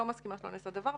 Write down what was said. אני לא מסכימה שלא נעשה דבר,